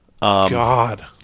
God